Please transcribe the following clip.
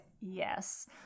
Yes